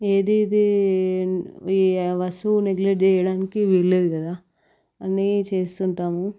ఏదేది వస్తువు నెగ్లెక్ట్ చేయడానికి వీల్లేదు కదా అన్నీ చేస్తుంటాము